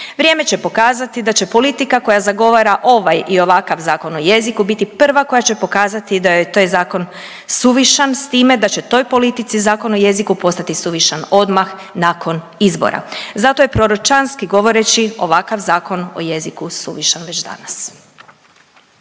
Vrijeme će pokazati da će politika koja zagovara ovaj i ovakav zakon o jeziku biti prva koja će pokazati da joj je taj zakon suvišan s time da će toj politici zakon o jeziku postati suvišan odmah nakon izbora. Zato je proročanski govoreći ovakav zakon o jeziku suvišan već danas.